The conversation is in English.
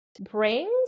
brings